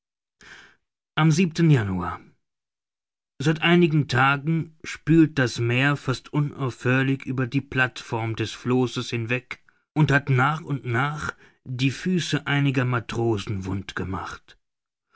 am januar seit einigen tagen spült das meer fast unaufhörlich über die plattform des flosses hinweg und hat nach und nach die füße einiger matrosen wund gemacht